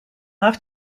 have